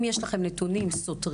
אם יש לכם נתונים סותרים,